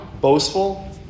boastful